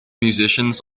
musicians